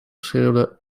schreeuwde